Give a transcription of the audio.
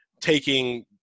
taking